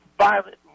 Violent